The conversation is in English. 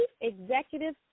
Executive